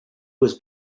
was